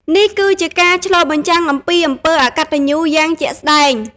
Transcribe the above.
នេះគឺជាការឆ្លុះបញ្ចាំងពីអំពើអកតញ្ញូយ៉ាងជាក់ស្តែង។